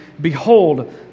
Behold